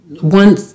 one